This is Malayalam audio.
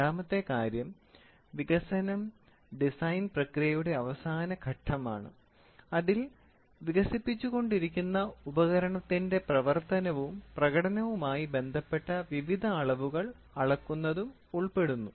രണ്ടാമത്തെ കാര്യം വികസനം ഡിസൈൻ പ്രക്രിയയുടെ അവസാന ഘട്ടമാണ് അതിൽ വികസിപ്പിച്ചുകൊണ്ടിരിക്കുന്ന ഉപകരണത്തിന്റെ പ്രവർത്തനവും പ്രകടനവുമായി ബന്ധപ്പെട്ട വിവിധ അളവുകൾ അളക്കുന്നതും ഉൾപ്പെടുന്നു